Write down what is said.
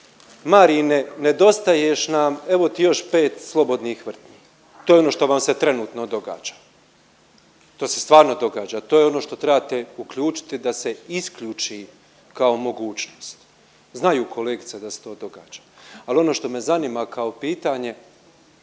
Marine nedostaješ nam, evo ti još 5 slobodnih vrtnji, to je ono što vam se trenutno događa. To se stvarno događa, to je ono što trebate uključiti da se isključi kao mogućnost, znaju kolegice da se to događa. Al ono što me zanima kao pitanje,